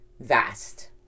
Vast